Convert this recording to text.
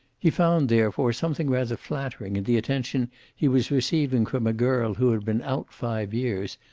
he found, therefore, something rather flattering in the attention he was receiving from a girl who had been out five years,